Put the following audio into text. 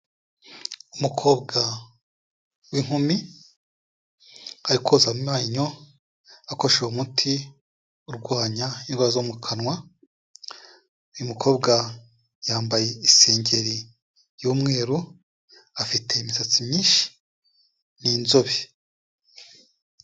Umukobwa w'inkumi ari koza amenyo akoresheje umuti urwanya indwara zo mu kanwa, uyu mukobwa yambaye isengeri y'umweru afite imisatsi myinshi ni inzobe.